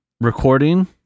recording